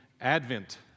Advent